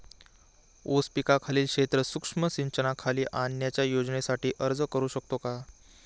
ऊस पिकाखालील क्षेत्र सूक्ष्म सिंचनाखाली आणण्याच्या योजनेसाठी अर्ज करू शकतो का?